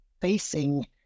facing